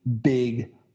big